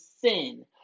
sin